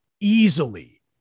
easily